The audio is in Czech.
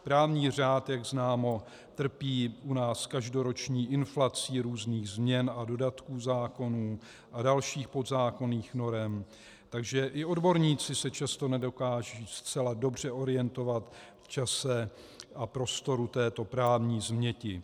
Právní řád, jak známo, trpí u nás každoroční inflací různých změn a dodatků zákonů a dalších podzákonných norem, takže i odborníci se často nedokážou zcela dobře orientovat v čase a prostoru této právní změti.